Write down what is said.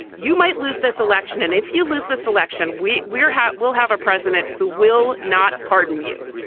you might lose this election. and if you lose this election, we're we're hot. we'll have a president who will not pardon you.